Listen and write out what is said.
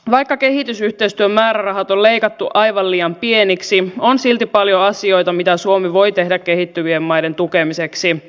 vaikka kehitysyhteistyömäärärahat on leikattu aivan liian pieniksi on silti paljon asioita mitä suomi voi tehdä kehittyvien maiden tukemiseksi